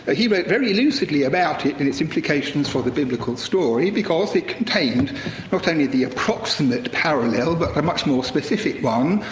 ah he wrote very lucidly about it and its implications for the biblical story, because it contained not only the approximate parallel, but a much more specific one.